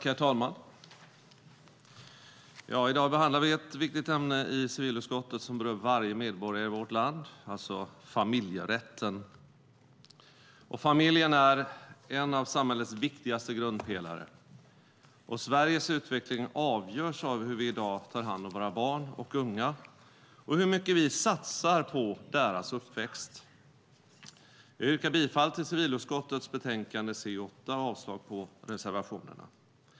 Herr talman! I dag behandlar vi ett viktigt ämne i civilutskottet som berör varje medborgare i vårt land, alltså familjerätten. Familjer är en av samhällets viktigaste grundpelare. Sveriges utveckling avgörs av hur vi i dag tar hand om våra barn och unga och hur mycket vi satsar på deras uppväxt. Jag yrkar bifall till civilutskottets betänkande CU8 och avslag på reservationerna.